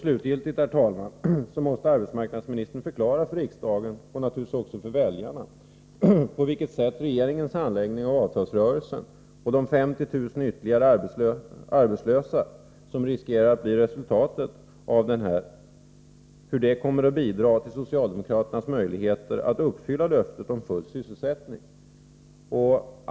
Slutgiltigt måste arbetsmarknadsministern förklara för riksdagen och naturligtvis också för väljarna på vilket sätt regeringens handläggning av avtalsrörelsen, samt de 50 000 ytterligare arbetslösa som riskerar att bli resultatet, kommer att bidra till socialdemokraternas möjligheter att uppfylla löftet om full sysselsättning.